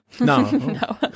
No